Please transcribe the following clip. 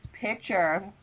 picture